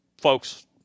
Folks